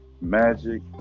Magic